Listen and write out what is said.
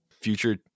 future